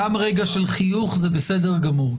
תקופת ניסיון מספיק ארוכה